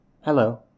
hello